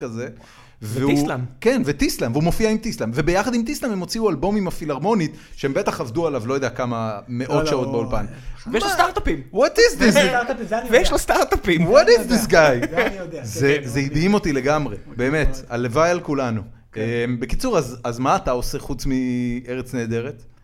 ותיסלם. כן ותיסלם, והוא מופיע עם תיסלם, וביחד עם תיסלם הם הוציאו אלבומים הפילהרמונית, שהם בטח עבדו עליו לא יודע כמה מאות שעות באולפן. ויש לו סטארט-אפים. מה זה? ויש לו סטארט-אפים. מה זה? זה הדהים אותי לגמרי, באמת, הלוואי על כולנו. בקיצור, אז מה אתה עושה חוץ מארץ נהדרת?